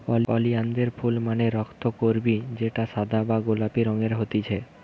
ওলিয়ানদের ফুল মানে রক্তকরবী যেটা সাদা বা গোলাপি রঙের হতিছে